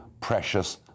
precious